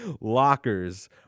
lockers